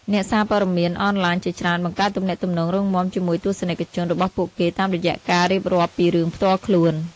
អ្នកសារព័ត៌មានអនឡាញជាច្រើនបង្កើតទំនាក់ទំនងរឹងមាំជាមួយទស្សនិកជនរបស់ពួកគេតាមរយៈការរៀបរាប់ពីរឿងផ្ទាល់ខ្លួន។